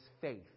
faith